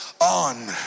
on